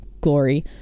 glory